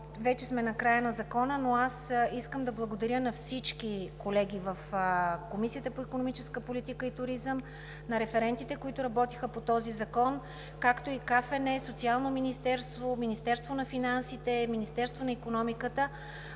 Вече сме накрая на Закона, но аз искам да благодаря на всички колеги в Комисията по икономическа политика и туризъм, на референтите, които работиха по този закон, както и на Комисията за финансов надзор, Социалното министерство, Министерството на финансите, Министерството на икономиката